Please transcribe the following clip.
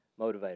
motivator